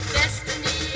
Destiny